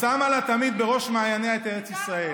הציונות הדתית שמה תמיד בראש מעייניה את ארץ ישראל.